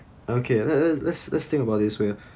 okay let let let's let's think about this way